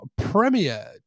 premiered